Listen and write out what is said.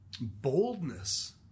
boldness